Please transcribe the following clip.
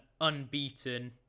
unbeaten